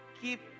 Keep